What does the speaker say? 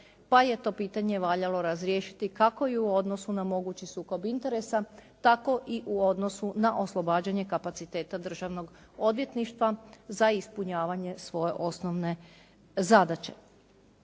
pa je to pitanje valjalo razriješiti kako i u odnosu na mogući sukob interesa, tako i u odnosu na oslobađanju kapaciteta državnog odvjetništva za ispunjavanje svoje osnovne zadaće.